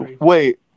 Wait